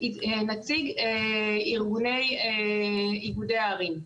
נציג איגודי ארגוני הערים.